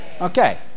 Okay